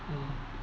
mm